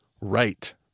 right